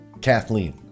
Kathleen